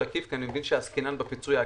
העקיף כי אני מבין שעסקינן בפיצוי העקיף,